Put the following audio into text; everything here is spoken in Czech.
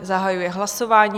Zahajuji hlasování.